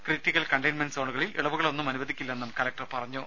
critical containment സോണുകളിൽ ഇളവുകളൊന്നും അനുവദിക്കില്ലെന്നും കലക്ടർ അറിയിച്ചു